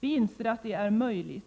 vi anser att en sådan är möjlig.